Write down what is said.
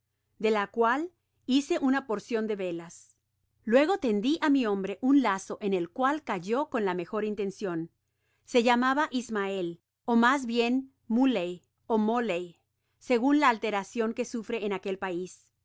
de la cual hice una porcion de velas luego tendi á mi hombre un lazo en el cual cayó con la mejor intencion se llamaba ismael ó mas bien muley ó moley segun la alteracion que sufre en aquel pais